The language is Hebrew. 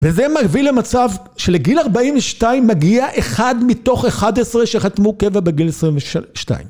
וזה מביא למצב שלגיל 42 מגיע אחד מתוך 11 שחתמו קבע בגיל 22.